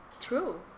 True